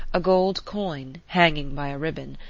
a gold coin, hanging by a ribbon,